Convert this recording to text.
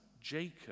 Jacob